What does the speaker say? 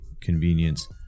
convenience